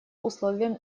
условием